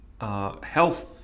health